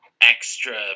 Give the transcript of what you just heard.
extra